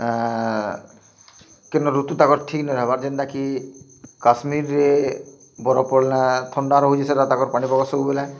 କେନ୍ ଋତୁର୍ ଠିକ୍ ନାଇ ହବାର୍ କଥା କାଶ୍ମୀର୍ରେ ବରଫ୍ ପଡଲା ସେନ ତାଙ୍କର ଥଣ୍ଡା ରହୁଚେ ସବୁବେଲେ କଥା ତାଙ୍କର ପାନି ପାଗ ସବୁବେଲେ